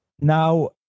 now